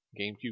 GameCube